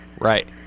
Right